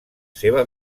seva